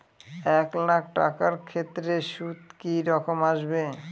এক লাখ টাকার ক্ষেত্রে সুদ কি রকম আসবে?